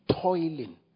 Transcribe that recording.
toiling